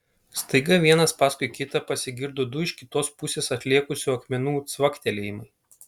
staiga vienas paskui kitą pasigirdo du iš kitos pusės atlėkusių akmenų cvaktelėjimai